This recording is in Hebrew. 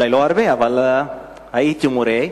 אולי לא הרבה, אבל הייתי מורה.